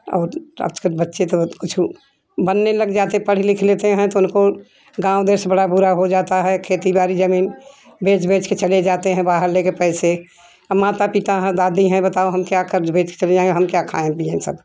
और आज कल बच्चें तो कुछ बनने लग जातें हैं पढ़ लिख लेतें हैं तो उनको गाँव देश बड़ा बुरा हो जाता हैं खेती बाड़ी ज़मीन बेच बेच कर चलें जातें हैं बार ले कर पैसे माता पिता दादी हैं बताओ हम क्या कर्ज बेंच चले जाएंगे हम क्या खाए पियेंगे सब